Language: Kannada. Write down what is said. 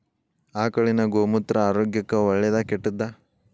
ಆಕಳಿನ ಗೋಮೂತ್ರ ಆರೋಗ್ಯಕ್ಕ ಒಳ್ಳೆದಾ ಕೆಟ್ಟದಾ?